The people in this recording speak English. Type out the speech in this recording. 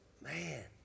man